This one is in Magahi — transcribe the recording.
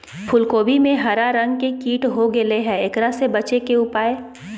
फूल कोबी में हरा रंग के कीट हो गेलै हैं, एकरा से बचे के उपाय?